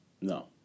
No